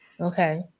Okay